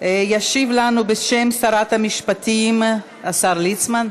ישיב לנו, בשם שרת המשפטים, השר ליצמן.